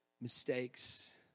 mistakes